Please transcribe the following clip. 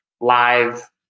live